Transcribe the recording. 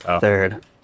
third